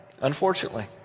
unfortunately